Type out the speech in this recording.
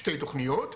שתי תוכניות,